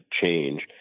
change